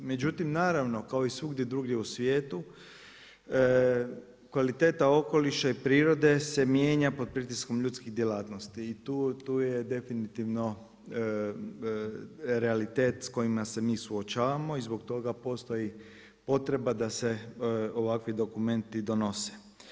Međutim naravno kao i svagdje drugdje u svijetu kvaliteta okoliša i prirode se mijenja pod pritiskom ljudskih djelatnosti i tu je definitivno realitet s kojima se mi suočavamo i zbog toga postoji potreba da se ovakvi dokumenti donose.